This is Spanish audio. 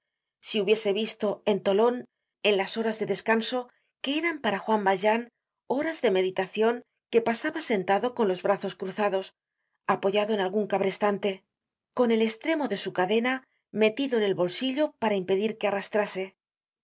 si hubiese visto en tolon en las horas de descanso que eran para juan valjean horas de meditacion que pasaba sentado con los brazos cruzados apoyado en algun cabrestante con el estremo de su cadena metido en el bolsillo para impedir que arrastrase